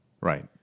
Right